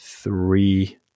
three